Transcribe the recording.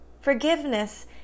Forgiveness